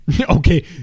okay